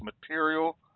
material